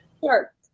Sure